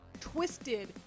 twisted